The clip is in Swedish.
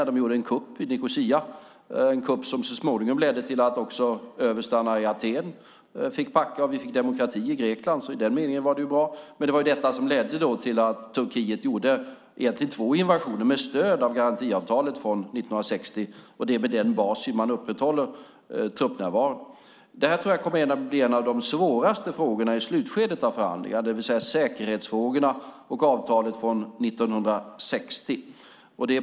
Man gjorde en kupp i Nicosia som så småningom ledde till att överstarna i Aten fick backa, och det blev demokrati i Grekland. I den meningen var det bra, men det ledde till att Turkiet gjorde två invasioner med stöd av garantiavtalet från 1960. Det är på denna bas man upprätthåller truppnärvaron. Säkerhetsfrågorna och avtalet från 1960 kommer att bli några av de svåraste frågorna i slutskedet av förhandlingarna.